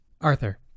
Arthur